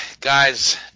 guys